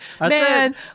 man